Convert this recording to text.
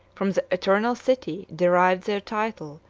from the eternal city, derived their title,